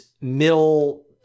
middle